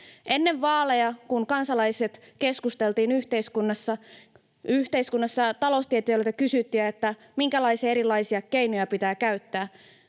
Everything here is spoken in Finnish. Ennen vaaleja, kun keskusteltiin yhteiskunnassa, taloustieteilijöiltä kysyttiin, minkälaisia erilaisia keinoja pitää käyttää.